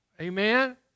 Amen